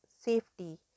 safety